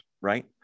right